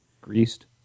Greased